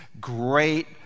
great